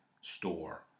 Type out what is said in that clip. store